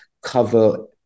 cover